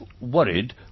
worried